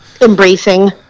embracing